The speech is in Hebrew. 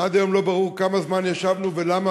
שעד היום לא ברור כמה זמן ישבנו בלבנון,